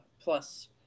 plus